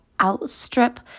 outstrip